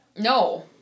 No